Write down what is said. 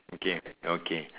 okay okay